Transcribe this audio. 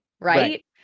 right